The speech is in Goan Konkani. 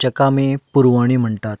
जाका आमी पुरवणी म्हणटात